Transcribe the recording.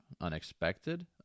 unexpected